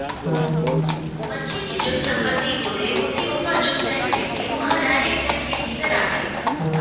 मनखे के जउन संपत्ति होथे होथे ओमा जउन टेक्स लगथे ओहा डायरेक्ट टेक्स के भीतर आथे